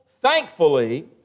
thankfully